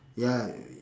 ya